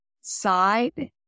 side